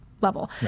level